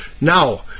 Now